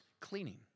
cleaning